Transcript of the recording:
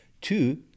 Two